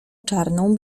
czarną